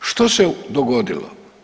Što se dogodilo?